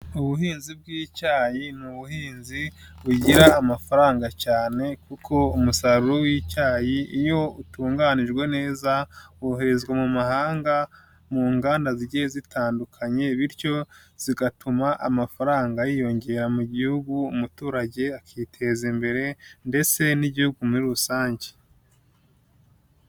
Ubuhinzi bw'icyayi ni ubuhinzi bugira amafaranga cyane kuko umusaruro w'icyayi iyo utunganijwe neza woherezwa mu mahanga mu nganda zigiye zitandukanye bityo zigatuma amafaranga yiyongera mu gihugu umuturage akiteza imbere ndetse n'igihugu muri rusange.